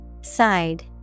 Side